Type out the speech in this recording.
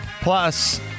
plus